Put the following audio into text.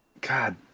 God